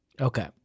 Okay